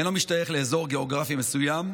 אינו משתייך לאזור גיאוגרפי מסוים,